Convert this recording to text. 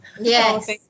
Yes